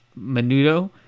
menudo